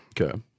Okay